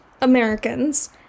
Americans